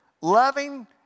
loving